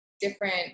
different